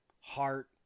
Heart